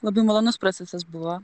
labai malonus procesas buvo